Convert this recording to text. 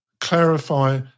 clarify